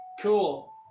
Cool